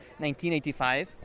1985